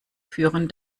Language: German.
führen